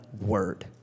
word